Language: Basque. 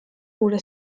gure